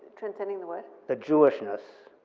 transcending the what? the jewishness.